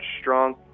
strong